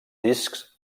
discs